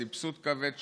סבסוד כבד,